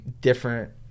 different